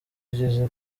ageze